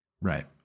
right